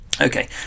Okay